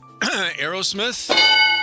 Aerosmith